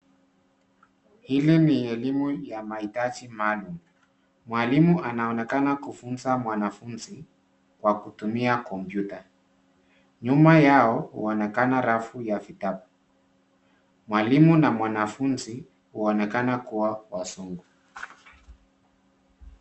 Hili ni elimu ya mahitaji maalum. Mwalimu anaonekana kufunza mwanafunzi kwa kutumia kompyuta. Nyuma yao huonekana rafu ya vitabu. Mwalimu na mwanafunzi huonekana kuwa wazungu.